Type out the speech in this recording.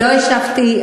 לא השבתי,